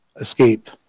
escape